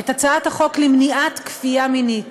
את הצעת החוק למניעת כפייה מינית,